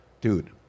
Dude